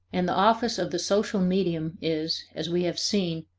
and the office of the social medium is, as we have seen,